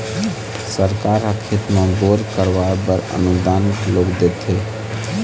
सरकार ह खेत म बोर करवाय बर अनुदान घलोक देथे